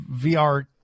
VR